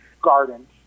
gardens